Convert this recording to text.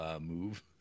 move